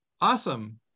awesome